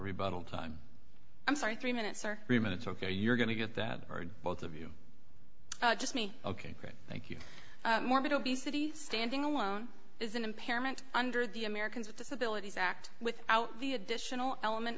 rebuttal time i'm sorry three minutes or three minutes ok you're going to get that or both of you just me ok thank you morbid obesity standing alone is an impairment under the americans with disabilities act without the additional element